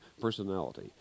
personality